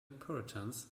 puritans